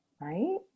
Right